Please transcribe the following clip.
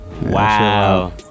wow